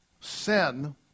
sin